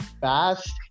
fast